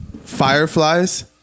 fireflies